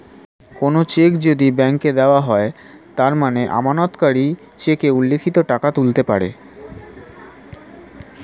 কোনো চেক যদি ব্যাংকে দেওয়া হয় তার মানে আমানতকারী চেকে উল্লিখিত টাকা তুলতে পারে